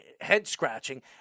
head-scratching